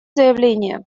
заявление